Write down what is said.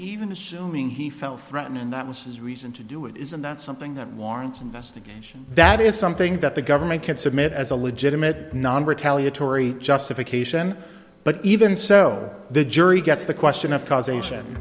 even assuming he felt threatened and that was his reason to do it isn't that something that warrants investigation that is something that the government can submit as a legitimate non retaliatory justification but even so the jury gets the question of causation